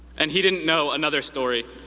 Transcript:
and he didn't know another story,